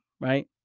right